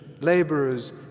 laborers